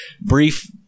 brief